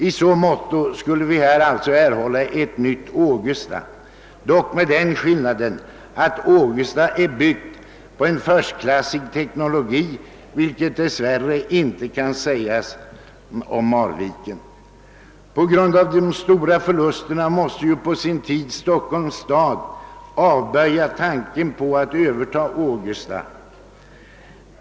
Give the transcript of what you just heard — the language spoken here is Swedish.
I så måtto skulle vi alltså erhålla ett nytt Ågestaverk, dock med den skillnaden att Ågestaanläggningen är byggd på en förstklassig teknologi, vilket dess värre inte kan sägas om Marvikenanläggningen. På grund av de stora förlusterna måste ju på sin tid Stockholms stad avböja tanken på att överta Ågestaanläggningen.